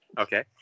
Okay